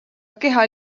keha